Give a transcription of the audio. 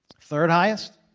third highest.